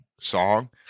song